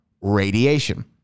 radiation